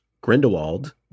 grindelwald